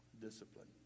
discipline